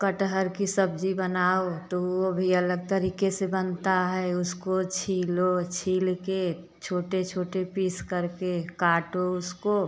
कटहल की सब्जी बनाओ तो वो भी अलग तरीके से बनता है उसको छीलो छील के छोटे छोटे पीस करके काटो उसको